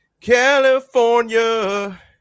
California